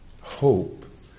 hope